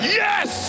yes